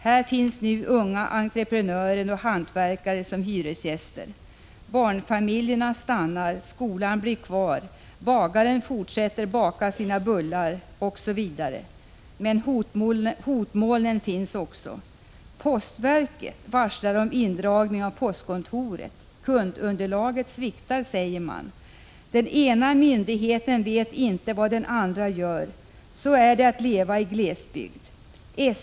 Här finns nu unga entreprenörer och hantverkare som hyresgäster. Barnfamiljerna stannar, skolan blir kvar, bagaren fortsätter att baka sina bullar osv. Men hotmoln finns också. Postverket varslar om indragning av postkontoret. Kundunderlaget sviktar, säger man. Den ena myndigheten vet inte vad den andra gör. Så är det att leva i glesbygd.